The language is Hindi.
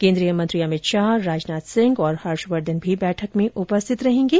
केन्द्रीय मंत्री अमित शाह राजनाथ सिंह और हर्षवर्धन भी बैठक में उपस्थित रहेंगे